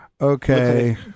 Okay